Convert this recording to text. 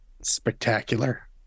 Spectacular